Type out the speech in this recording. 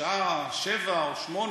בשעה 19:00 או 20:00